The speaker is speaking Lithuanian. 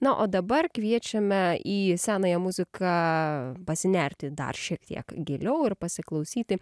na o dabar kviečiame į senąją muziką pasinerti dar šiek tiek giliau ir pasiklausyti